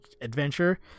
adventure